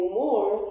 more